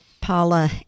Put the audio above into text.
paula